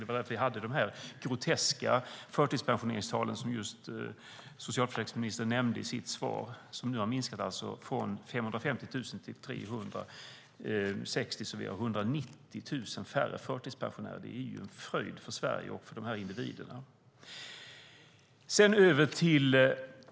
Det var därför vi hade de groteska förtidspensioneringstal som socialförsäkringsministern just nämnde i sitt svar. De har nu minskat från 550 000 till 360 000. Vi har alltså 190 000 färre förtidspensionärer. Det är en fröjd för Sverige och för dessa individer.